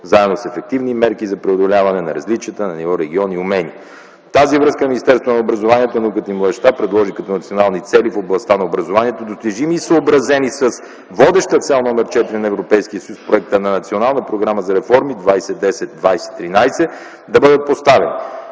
заедно с ефективни мерки за преодоляване на различията на ниво региони и умения. В тази връзка Министерството на образованието, науката и младежта предложи като национални цели в областта на образованието, достижими и съобразени с водеща Цел № 4 на Европейския съюз – проектът на Национална програма за реформи 2010-2013, да бъдат поставени: